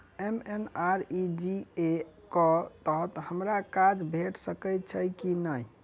MNREGA कऽ तहत हमरा काज भेट सकय छई की नहि?